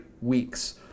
weeks